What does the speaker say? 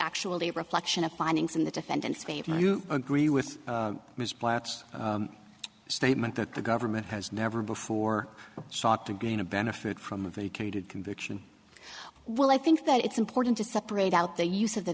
actually a reflection of findings in the defendant's favor you agree with mr black's statement that the government has never before sought to gain a benefit from a vacated conviction well i think that it's important to separate out the use of the